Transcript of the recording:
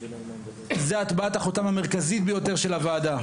זה הטבעת החותם המרכזית ביותר של הוועדה,